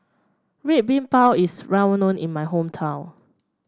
Red Bean Bao is well known in my hometown